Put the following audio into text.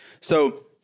So-